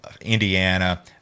Indiana